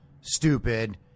stupid